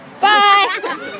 Bye